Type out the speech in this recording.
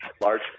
large